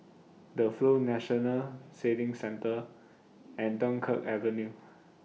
The Flow National Sailing Centre and Dunkirk Avenue